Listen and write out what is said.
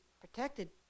protected